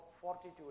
fortitude